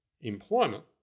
employment